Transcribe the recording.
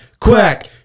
Quack